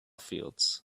fields